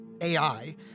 AI